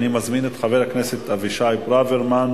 אני מזמין את חבר הכנסת אבישי ברוורמן